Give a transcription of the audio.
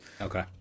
Okay